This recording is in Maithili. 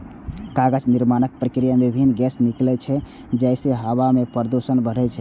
कागज निर्माणक प्रक्रिया मे विभिन्न गैस निकलै छै, जइसे हवा मे प्रदूषण बढ़ै छै